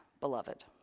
Beloved